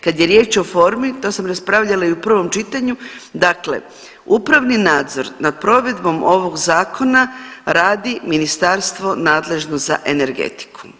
Kad je riječ o formi to sam raspravljala i u prvom čitanju, dakle upravni nadzor nad provedbom ovog zakona radi ministarstvo nadležno za energetiku.